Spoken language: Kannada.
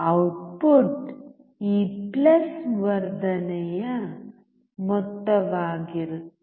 ಔಟ್ಪುಟ್ ಈ ಪ್ಲಸ್ ವರ್ಧನೆಯ ಮೊತ್ತವಾಗಿರುತ್ತದೆ